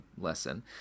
lesson